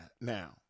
now